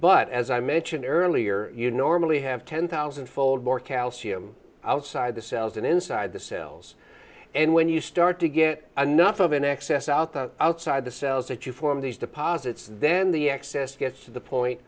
but as i mentioned earlier you normally have ten thousand fold more calcium outside the cells and inside the cells and when you start to get anough of an excess out that outside the cells that you form these deposits then the excess gets to the point